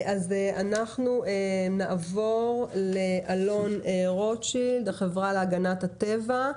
אנחנו נעבור לאלון רוטשילד, החברה להגנת הטבע.